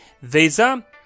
visa